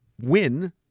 win